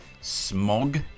Smog